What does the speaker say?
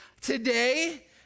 today